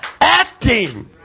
acting